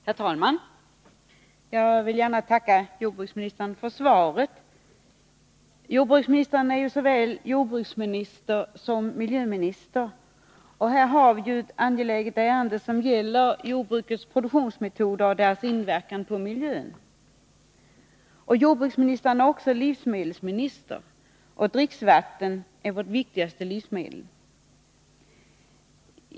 Herr talman! Jag vill gärna tacka jordbruksministern för svaret. Svante Lundkvist är ju såväl jordbruksminister som miljöminister. Här har vi ett angeläget ärende som gäller jordbrukets produktionsmetoder och deras inverkan på miljön. Jordbruksministern är också livsmedelsminister, och dricksvatten är vårt viktigaste livsmedel.